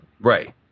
Right